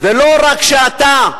ולא רק שאתה,